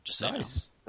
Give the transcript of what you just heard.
Nice